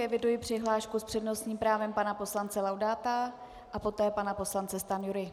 Eviduji přihlášku s přednostním právem pana poslance Laudáta a poté pana poslance Stanjury.